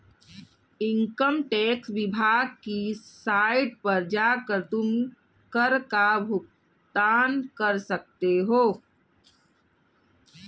income tax विभाग की site पर जाकर तुम कर का भुगतान कर सकते हो